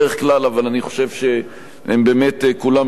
אבל אני חושב שהם באמת כולם ראויים.